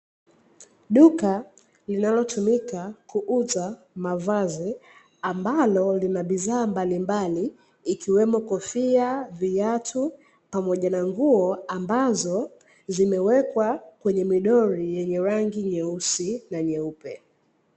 Duka linalotumika kuuza mavazi ambalo linabidhaa mbalimbali ikiwemo kofia, viatu pamoja na nguo ambazo zimewekwa kwenye midoli yenye rangi nyeusi na nyeupe